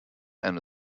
and